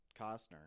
Costner